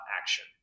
action